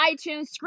iTunes